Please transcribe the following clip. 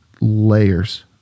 layers